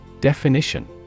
Definition